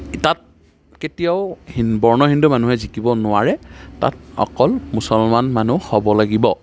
তাত কেতিয়াও হিন্দ বৰ্ণ হিন্দু মানুহে জিকিব নোৱাৰে তাত অকল মুছলমান মানুহ হ'ব লাগিব